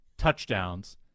touchdowns